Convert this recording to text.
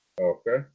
Okay